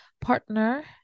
partner